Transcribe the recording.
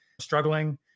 struggling